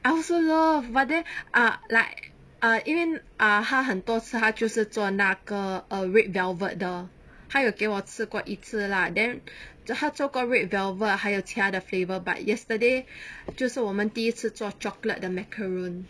I also love but then ah like ah 因为 ah 她很多次她就是做那个 err red velvet 的她有给我吃过一次 lah then 只她做过 red velvet 还有其他的 flavour but yesterday 就是我们第一次做 chocolate 的 macarons